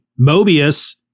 Mobius